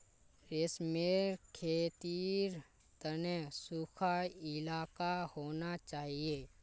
रेशमेर खेतीर तने सुखा इलाका होना चाहिए